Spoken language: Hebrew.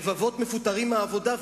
רבבות מפוטרים מהעבודה,